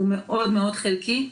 הוא מאוד מאוד חלקי.